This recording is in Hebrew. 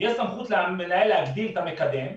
יש סמכות של המנהל להגדיל את המקדם,